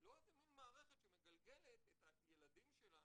לא איזה מין מערכת שמגלגלת את הילדים שלנו,